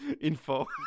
info